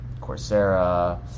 Coursera